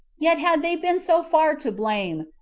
yet had they been so far to blame,